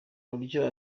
buryo